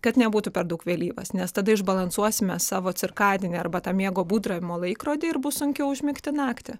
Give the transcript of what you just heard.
kad nebūtų per daug vėlyvas nes tada išbalansuosime savo cirkadinį arba tą miego būdravimo laikrodį ir bus sunkiau užmigti naktį